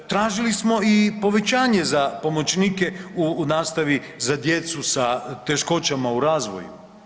Tražili smo i povećanje za pomoćnike u nastavi za djecu sa teškoćama u razvoju.